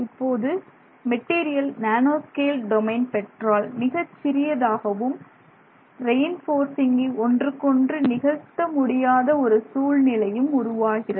இப்போது material nano scale domain பெற்றால் மிகச்சிறியதாகவும் ரெய்ன்பர்சிங்கை ஒன்றுக்கொன்று நிகழ்த்த முடியாத ஒரு சூழ்நிலையும் உருவாகிறது